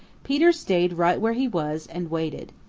peter stayed right where he was and waited.